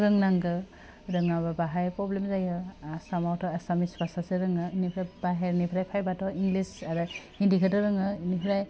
रोंनांगौ रोङाबा बाहाय प्रब्लेम जायो आसामावथ' एसामिस बासासो रोङो बेनिफ्राय बाहेरनिफ्राय फैबाथ' इंलिस आरो हिन्दिखौथ' रोङो बिनिफ्राय